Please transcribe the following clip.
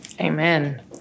Amen